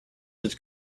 his